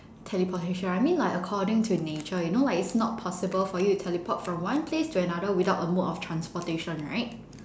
teleportation I mean like according to nature you know like it's not possible for you to teleport from one place to another without a mode of transportation right